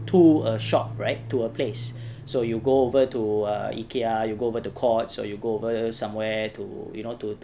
to a shop right to a place so you go over to err IKEA you go over to Courts or you go over somewhere to you know to